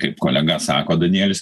kaip kolega sako danielis